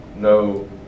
no